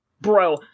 Bro